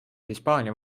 hispaania